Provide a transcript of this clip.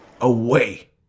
away